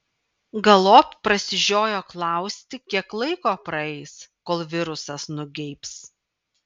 galop prasižiojo klausti kiek laiko praeis kol virusas nugeibs